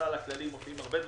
שבסל הכללי מופיעים הרבה דברים,